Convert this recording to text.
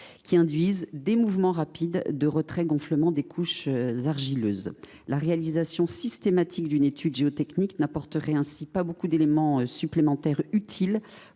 qui induisent des mouvements rapides de retrait gonflement des couches argileuses. La réalisation systématique d’une étude géotechnique n’apporterait ainsi pas beaucoup d’éléments supplémentaires utiles